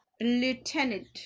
lieutenant